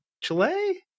Chile